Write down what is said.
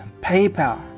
PayPal